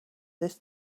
this